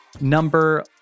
number